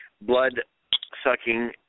blood-sucking